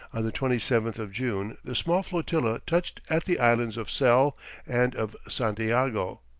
the twenty seventh of june the small flotilla touched at the islands of sel and of santiago,